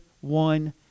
one